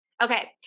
Okay